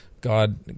God